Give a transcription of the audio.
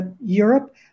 Europe